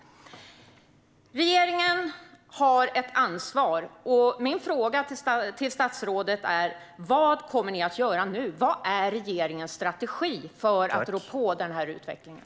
Regeringen har ett ansvar. Mina frågor till statsrådet är: Vad kommer ni att göra nu? Vad är regeringens strategi för att rå på utvecklingen?